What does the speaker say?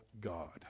God